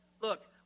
Look